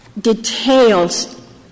details